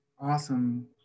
awesome